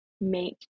Make